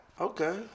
Okay